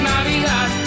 Navidad